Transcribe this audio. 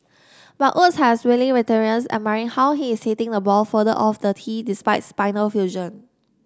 but Woods has wily veterans admiring how he is hitting the ball further off the tee despite spinal fusion